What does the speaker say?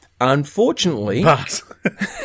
Unfortunately